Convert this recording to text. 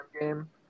game